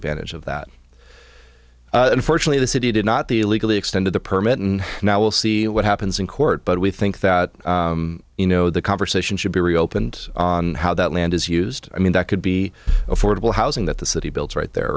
advantage of that unfortunately the city did not the illegally extended the permit and now we'll see what happens in court but we think that you know the conversation should be reopened on how that land is used i mean that could be affordable housing that the city built right there